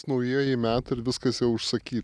naujieji metai ir viskas jau užsakyta